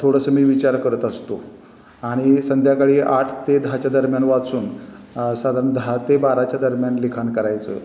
थोडंसं मी विचार करत असतो आणि संध्याकाळी आठ ते दहाच्या दरम्यान वाचून साधारण दहा ते बाराच्या दरम्यान लिखाण करायचं